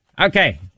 Okay